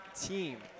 team